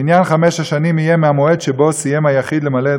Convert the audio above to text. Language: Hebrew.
מניין חמש השנים יהיה מהמועד שבו סיים היחיד למלא את